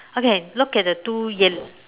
okay look at the two yell~